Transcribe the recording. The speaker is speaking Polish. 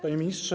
Panie Ministrze!